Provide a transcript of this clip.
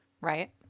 Right